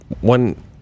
one